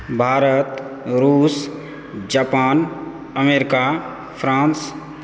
भारत रूस Japan America France